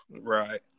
right